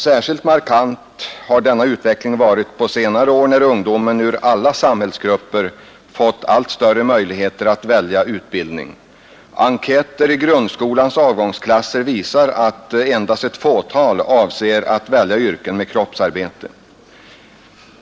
Särskilt markant har denna utveckling varit på senare tid, när ungdom ur alla samhällsgrupper fått allt större möjligheter att välja utbildning. Enkäter i grundskolans avgångsklasser visar att endast ett fåtal avser att välja yrken med kroppsarbete.